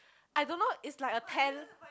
I don't know it's like a ten